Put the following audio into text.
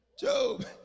Job